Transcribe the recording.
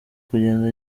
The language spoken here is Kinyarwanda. kugenda